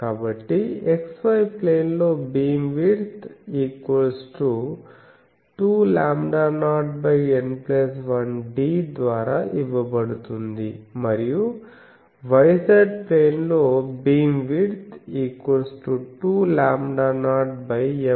కాబట్టి x y plane లో beamwidth 2λ0N1d ద్వారా ఇవ్వబడుతుంది మరియు y z ప్లేన్ లో బీమ్విడ్త్ 2λ0M1d